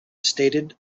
stated